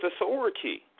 authority